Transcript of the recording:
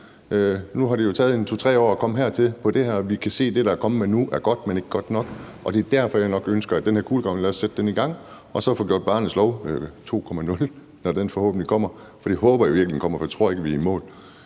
Nu har det jo taget 2-3 år at komme hertil med det her, og vi kan se, at det, der er kommet nu, er godt, men ikke godt nok. Det er derfor, jeg nok ønsker, at den her kulegravning skal sættes i gang, og så kan vi få lavet en barnets lov 2.0, når den forhåbentlig kommer – for det håber jeg virkelig at den gør, for jeg tror ikke, vi er i